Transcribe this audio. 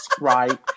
right